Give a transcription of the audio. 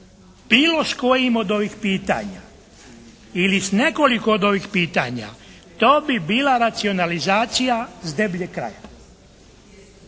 bilo s kojim od ovih pitanja ili s nekoliko od ovih pitanja, to bi bila racionalizacija s debljeg kraja.